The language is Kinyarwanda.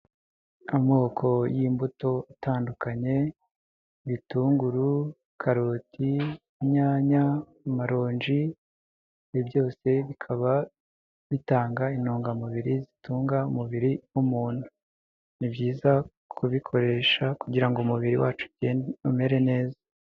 Amoko y'imbuto atandukanye ibitunguru, karoti, inyanya, amaronji byose bikaba bitanga intungamubiri zitunga umubiri w'umuntu ni byiza kubikoresha kugira umubiri wacu ugende umere neza.